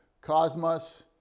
Cosmos